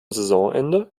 saisonende